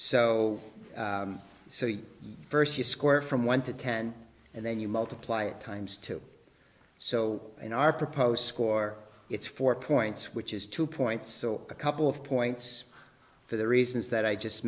so first you score from one to ten and then you multiply it times two so in our proposed score it's four points which is two points or a couple of points for the reasons that i just